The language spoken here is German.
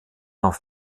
auf